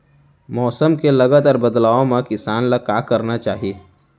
मौसम के लगातार बदलाव मा किसान ला का करना चाही?